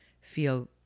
feel